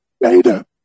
data